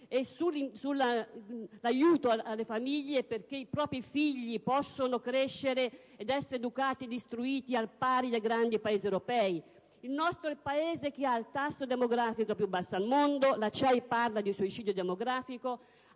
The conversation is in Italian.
e sull'aiuto alle famiglie perché i propri figli possano crescere ed essere educati ed istruiti al pari dei grandi Paesi europei? Il nostro è il Paese che ha il tasso demografico più basso al mondo (la CEI parla di suicidio demografico),